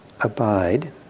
abide